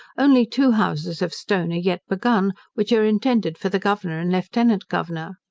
only two houses of stone are yet begun, which are intended for the governor and lieutenant governor.